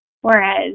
whereas